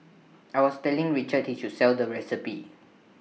I was telling Richard he should sell the recipe